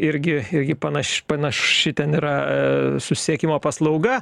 irgi irgi panaš panaši ten yra susisiekimo paslauga